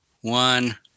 one